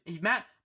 Matt